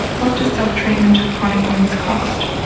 what does self-treatment of chronic wounds cost?